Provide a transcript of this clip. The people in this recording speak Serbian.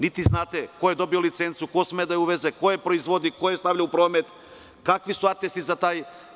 Niti znate ko je dobio licencu, ko sme da je uveze, ko je proizvođač, ko je stavlja u promet, kakvi su atesti za to.